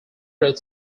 would